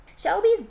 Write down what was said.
Shelby's